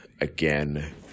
again